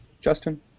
Justin